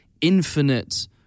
infinite